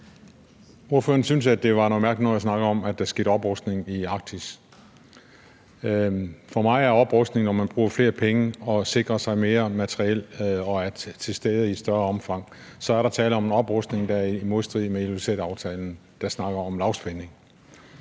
Ordføreren syntes, at det var noget mærkeligt noget at snakke om, at der skete en oprustning i Arktis. For mig er oprustning, når man bruger flere penge på at sikre sig mere materiel og er til stede i et større omfang. Så er der tale om en oprustning, der er i modstrid med Ilulissataftalen, der snakker om lavspænding.